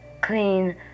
Clean